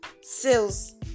sales